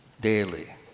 daily